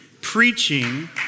preaching